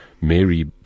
Mary